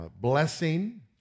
blessing